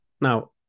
now